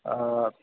آ